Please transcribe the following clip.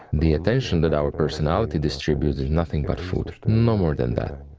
the attention that our personality distributes is nothing but food, no more than that.